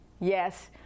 Yes